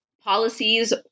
policies